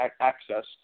access